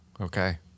Okay